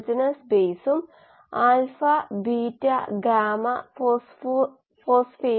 എനിക്ക് ഇവിടെ ഒരു പേപ്പർ ഉണ്ട് ഇത് എങ്ങനെയാണ് ഊർജ്ജം NADH സ്റ്റാറ്റസ് ഉപയോഗിച്ച് ചെയ്യുന്നത് എന്ന് ഞാൻ ചുരുക്കി പറയാം